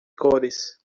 cores